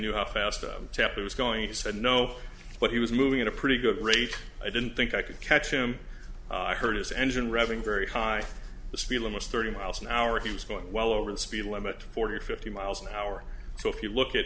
knew how fast tempo was going he said no but he was moving at a pretty good rate i didn't think i could catch him i heard his engine revving very high the speed limits thirty miles an hour he was going well over the speed limit forty or fifty miles an hour so if you look at